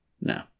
No